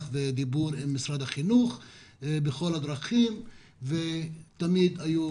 ודיבור עם משרד החינוך בכל הדרכים ותמיד היו